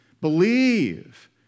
Believe